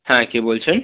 হ্যাঁ কে বলছেন